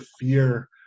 fear